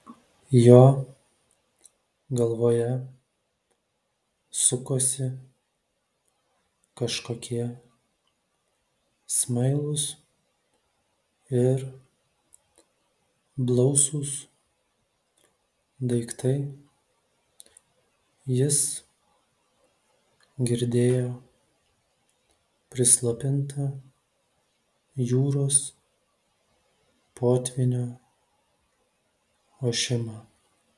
jo galvoje sukosi kažkokie smailūs ir blausūs daiktai jis girdėjo prislopintą jūros potvynio ošimą